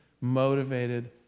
motivated